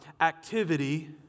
activity